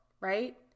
right